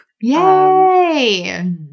yay